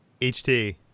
ht